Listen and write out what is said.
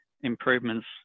improvements